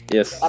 Yes